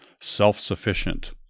self-sufficient